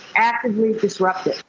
actively disrupt it.